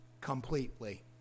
completely